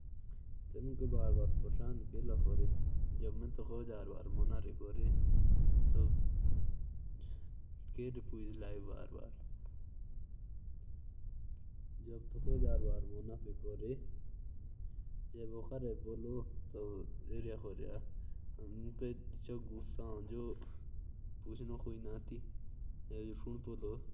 तू मेरो बार बार क्यों पूछरा अगर मुझी दुबारा पूछा ना तो फेर मेरो गुस्सा नी देखा तुमने।